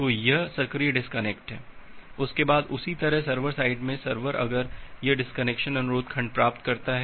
तो यह सक्रिय डिस्कनेक्ट है उसके बाद उसी तरह सर्वर साइड में सर्वर अगर यह डिस्कनेक्शन अनुरोध खंड प्राप्त करता है